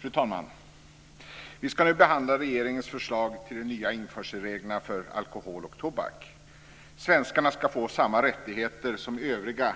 Fru talman! Vi ska nu behandla regeringens förslag till nya införselregler för alkohol och tobak. Svenskarna ska få samma rättigheter som övriga